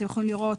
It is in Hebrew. אתם יכולים לראות,